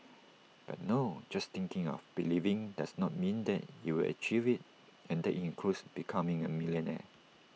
but no just thinking or believing does not mean that you will achieve IT and that includes becoming A millionaire